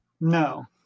No